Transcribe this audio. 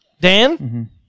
Dan